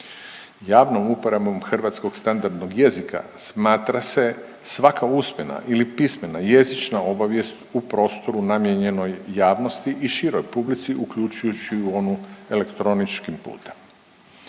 Javnom uporabom hrvatskog standardnog jezika smatra se svaka usmena ili pismena jezična obavijest u prostoru namijenjenoj javnosti i široj publici uključujući u onu elektroničkim putem.